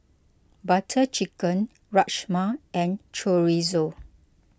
Butter Chicken Rajma and Chorizo